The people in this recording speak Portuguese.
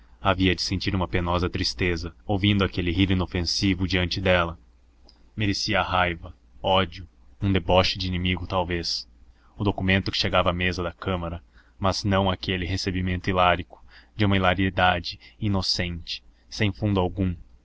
havia de sentir uma penosa tristeza ouvindo aquele rir inofensivo diante dela merecia raiva ódio um deboche de inimigo talvez o documento que chegava à mesa da câmara mas não aquele recebimento hilárico de uma hilaridade inocente sem fundo algum